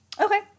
Okay